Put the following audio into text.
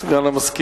מסננים אותך.